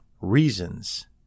reasons